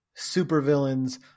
supervillains